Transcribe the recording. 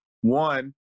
One